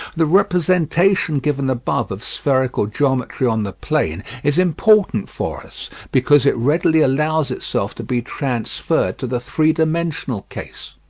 the representation given above of spherical geometry on the plane is important for us, because it readily allows itself to be transferred to the three-dimensional case.